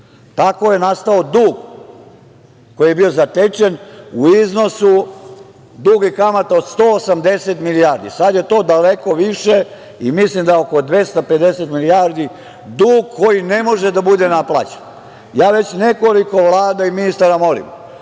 je nastao dug koji je bio zapečen u iznosu drugih kamata od 180 milijardi. Sada je to daleko više i mislim da je oko 250 milijardi dug koji ne može da bude naplaćen. Ja već nekoliko vlada i ministara molim